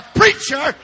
preacher